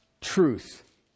truth